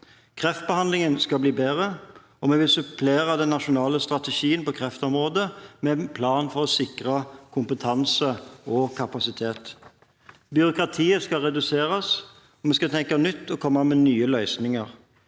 Kreftbehandlingen skal bli bedre, og vi vil supplere den nasjonale strategien på kreftområdet med en plan for å sikre kompetanse og kapasitet. Byråkratiet skal reduseres, og vi skal tenke nytt og komme med nye løsninger.